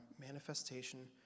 manifestation